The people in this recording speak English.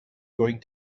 going